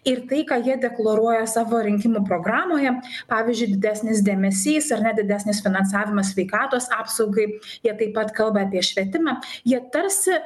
ir tai ką jie deklaruoja savo rinkimų programoje pavyzdžiui didesnis dėmesys ar ne didesnis finansavimas sveikatos apsaugai jie taip pat kalba apie švietimą jie tarsi